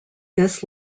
this